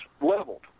leveled